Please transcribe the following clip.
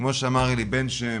כמו שאמר אלי בן שם,